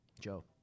Joe